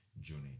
journey